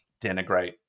denigrate